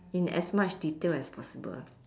in as much detail as possible